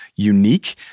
Unique